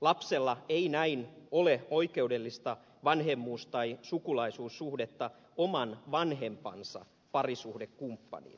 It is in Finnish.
lapsella ei näin ole oikeudellista vanhemmuus tai sukulaisuussuhdetta oman vanhempansa parisuhdekumppaniin